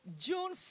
June